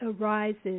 arises